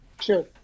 Sure